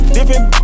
Different